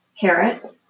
carrot